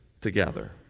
together